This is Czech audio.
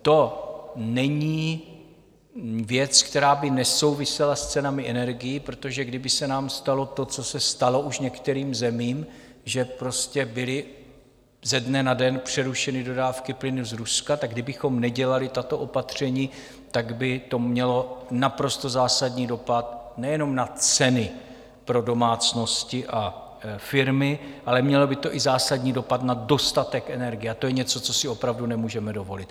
To není věc, která by nesouvisela s cenami energií, protože kdyby se nám stalo to, co se stalo už některým zemím, že byly ze dne na den přerušeny dodávky plynu z Ruska, tak kdybychom nedělali tato opatření, tak by to mělo naprosto zásadní dopad nejenom na ceny pro domácnosti a firmy, ale mělo by to i zásadní dopad na dostatek energie, a to je něco, co si opravdu nemůžeme dovolit.